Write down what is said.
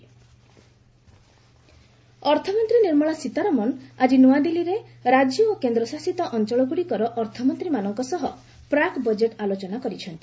FM pre budget meet ଅର୍ଥମନ୍ତ୍ରୀ ନିର୍ମଳା ସୀତାରମଣ ଆଜି ନୂଆଦିଲ୍ଲୀରେ ରାଜ୍ୟ ଓ କେନ୍ଦ୍ରଶାସିତ ଅଞ୍ଚଳଗ୍ରଡ଼ିକର ଅର୍ଥମନ୍ତ୍ରୀମାନଙ୍କ ସହ ପ୍ରାକ୍ ବଜେଟ୍ ଆଲୋଚନା କରିଛନ୍ତି